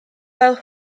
fel